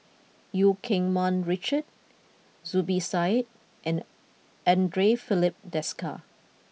Eu Keng Mun Richard Zubir Said and Andre Filipe Desker